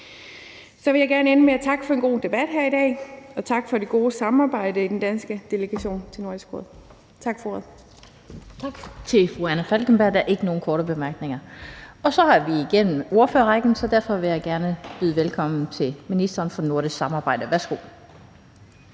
Så vil jeg gerne slutte med at takke for en god debat her i dag. Og tak for det gode samarbejde i den danske delegation til Nordisk Råd. Tak for ordet. Kl. 18:28 Den fg. formand (Annette Lind): Tak til fru Anna Falkenberg – der er ikke nogen korte bemærkninger. Så er vi igennem ordførerrækken, og derfor vil jeg gerne byde velkommen til ministeren for nordisk samarbejde. Værsgo.